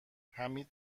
حمید